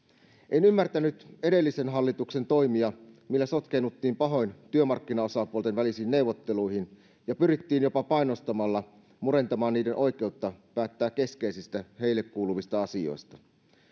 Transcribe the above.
en ymmärtänyt edellisen hallituksen toimia joilla sotkeennuttiin pahoin työmarkkinaosapuolten välisiin neuvotteluihin ja pyrittiin jopa painostamalla murentamaan niiden oikeutta päättää keskeisistä niille kuuluvista asioista